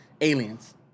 Aliens